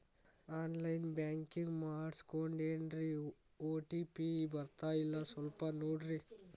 on line banking ಮಾಡಿಸ್ಕೊಂಡೇನ್ರಿ OTP ಬರ್ತಾಯಿಲ್ಲ ಸ್ವಲ್ಪ ನೋಡ್ರಿ